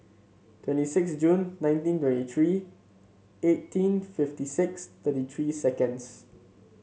twenty six June nineteen twenty three eighteen fifty six thirty three seconds